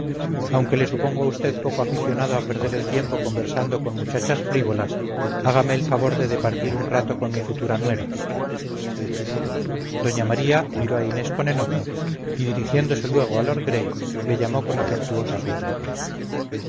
aunque le supongo a usted poco aficionado a perder el tiempo conversando con muchachas frívolas hágame el favor de departir un rato con mi futura nuera doña maría miró a inés con enojo y dirigiéndose luego a lord gray le llamó con afectuosa súplica